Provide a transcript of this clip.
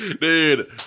Dude